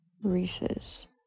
Reese's